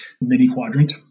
mini-quadrant